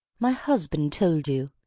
my husband told you,